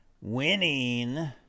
Winning